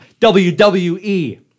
WWE